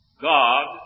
God